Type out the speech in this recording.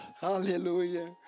Hallelujah